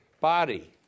body